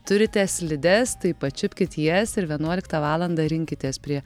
turite slides tai pačiulpkit jas ir vienuoliktą valandą rinkitės prie